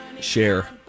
Share